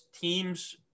teams